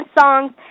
songs